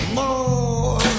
more